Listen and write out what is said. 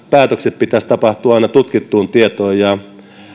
päätökset pitäisi tehdä aina tutkittuun tietoon ja